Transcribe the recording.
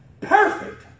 perfect